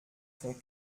font